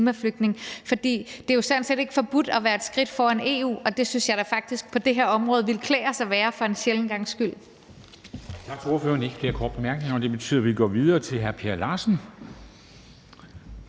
for det er jo sådan set ikke forbudt at være et skridt foran EU. Det synes jeg da faktisk på det her område ville klæde os at være for en sjælden gangs skyld.